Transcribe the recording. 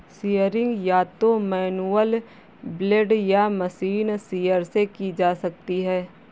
shearing या तो manual blade या मशीन शीयर से की जा सकती है